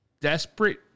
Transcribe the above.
desperate